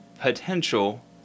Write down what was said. potential